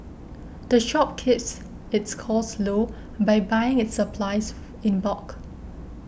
the shop keeps its costs low by buying its supplies in bulk